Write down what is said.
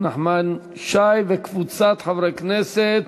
נחמן שי וקבוצת חברי כנסת.